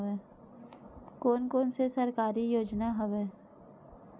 कोन कोन से सरकारी योजना हवय?